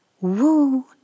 woo